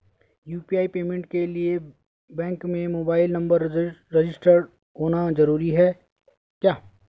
UPI payment के लिए bank में मोबाइल नंबर रजिस्टर्ड होना जरूरी है क्या?